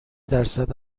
درصد